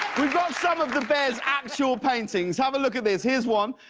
we've got some of the bears actual paintings. have a look at this. here is one.